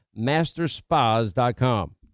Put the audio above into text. masterspas.com